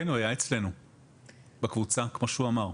כן, גל היה אצלינו בקבוצה כמו שהוא אמר.